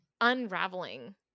unraveling